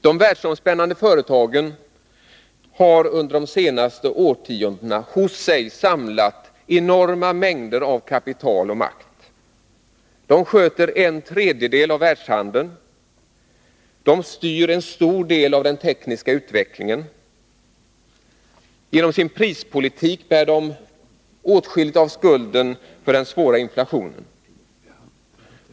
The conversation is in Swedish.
De världsomspännande företagen har under de senaste årtiondena hos sig samlat enorma mängder av kapital och makt. De sköter en tredjedel av världshandeln. De styr en stor del av den tekniska utvecklingen. Genom sin prispolitik bär de åtskilligt av skulden för den svåra inflationen.